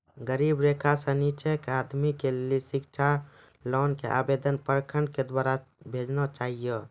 गरीबी रेखा से नीचे के आदमी के लेली शिक्षा लोन के आवेदन प्रखंड के द्वारा भेजना चाहियौ?